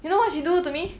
you know what she do to me